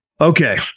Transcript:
Okay